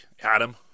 Adam